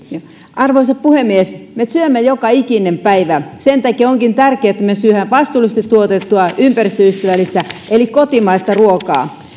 arvoisa puhemies me syömme joka ikinen päivä sen takia onkin tärkeää että me syömme vastuullisesti tuotettua ympäristöystävällistä ruokaa eli kotimaista ruokaa